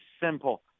simple